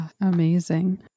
Amazing